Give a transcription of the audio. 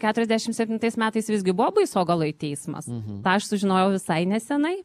keturiasdešimt septintais metais visgi buvo baisogaloj teismas tą aš sužinojau visai neseniai